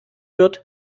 wird